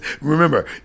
Remember